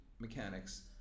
mechanics